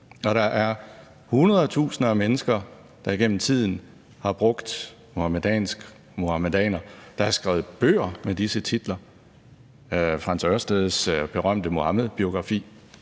Der er hundredtusinder af mennesker, der igennem tiden har brugt »muhamedansk« og »muhamedaner«, og der er skrevet bøger med disse ord i titlerne. I Frans Ørsteds berømte Muhammed-biografi